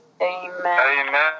Amen